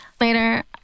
Later